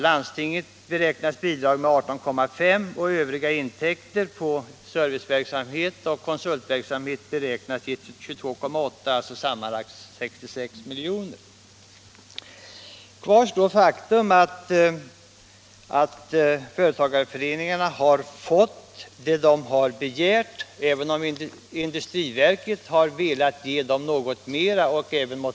Landstingen beräknas bidra med 18,5 milj.kr. och övriga intäkter från serviceverksamhet och konsultverksamhet beräknas till 22,8 milj.kr. — alltså sammanlagt 66 milj.kr. Kvar står faktum att företagareföreningarna har fått vad de har begärt —- även om industriverket och motionärerna har velat ge dem något mer.